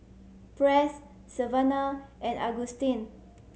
Press Savannah and Augustine